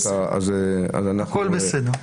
הכול בסדר.